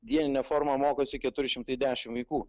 dienine forma mokosi keturi šimtai dešimt vaikų